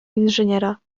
inżyniera